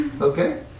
Okay